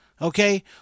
Okay